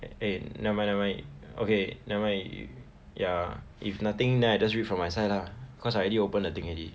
eh never mind never mind okay never mind ya if nothing then I just read from my side lah cause I already open the thing already